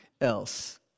else